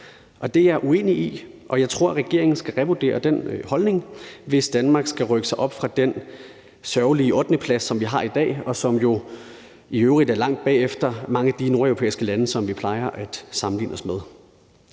Det er jeg uenig i, og jeg tror, at regeringen skal revurdere den holdning, hvis Danmark skal rykke sig op fra den sørgelige ottendeplads, som vi har i dag, og hvor vi jo i øvrigt er langt bagefter mange af de nordeuropæiske lande, som vi plejer at sammenligne os med.